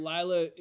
Lila